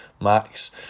max